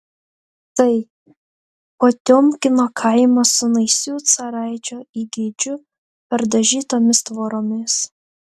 tai potiomkino kaimas su naisių caraičio įgeidžiu perdažytomis tvoromis